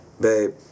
babe